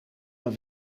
een